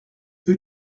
who